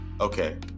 okay